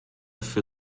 für